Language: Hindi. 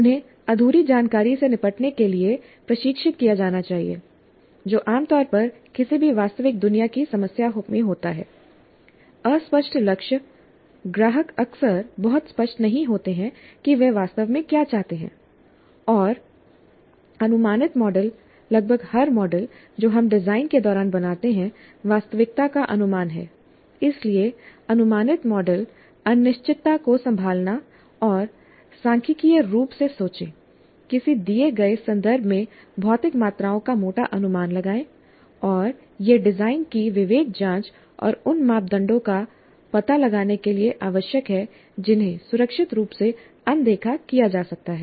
उन्हें अधूरी जानकारी से निपटने के लिए प्रशिक्षित किया जाना चाहिए जो आमतौर पर किसी भी वास्तविक दुनिया की समस्या में होता है अस्पष्ट लक्ष्य ग्राहक अक्सर बहुत स्पष्ट नहीं होते हैं कि वे वास्तव में क्या चाहते हैं और अनुमानित मॉडल लगभग हर मॉडल जो हम डिजाइन के दौरान बनाते हैं वास्तविकता का अनुमान है इसलिए अनुमानित मॉडल अनिश्चितता को संभालना और सांख्यिकीय रूप से सोचें किसी दिए गए संदर्भ में भौतिक मात्राओं का मोटा अनुमान लगाएं और यह डिजाइन की विवेक जांच और उन मापदंडों का पता लगाने के लिए आवश्यक है जिन्हें सुरक्षित रूप से अनदेखा किया जा सकता है